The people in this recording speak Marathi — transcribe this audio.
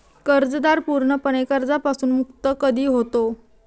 कर्जदार पूर्णपणे कर्जापासून मुक्त कधी होतो?